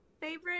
favorite